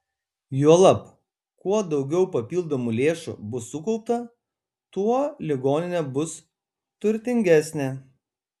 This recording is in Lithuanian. juolab kuo daugiau papildomų lėšų bus sukaupta tuo ligoninė bus turtingesnė